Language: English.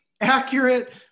accurate